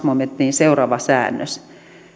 momenttiin seuraava säännös